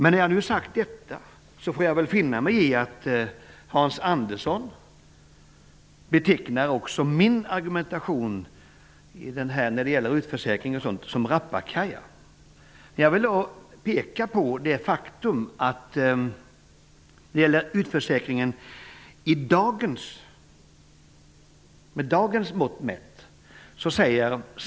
När jag nu har sagt detta får jag finna mig i att Hans Andersson också betecknar min argumentation som rappakalja. Jag vill då peka på ett faktum när det gäller utförsäkringen.